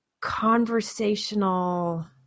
conversational